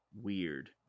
weird